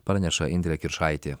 praneša indrė kiršaitė